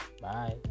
bye